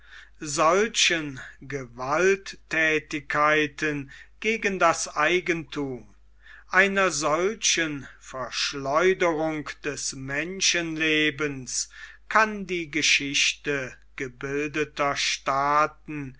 solchen gewalttätigkeiten gegen das eigenthum einer solchen verschleuderung des menschenlebens kann die geschichte gebildeter staaten